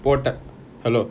போட்டான்:potan hello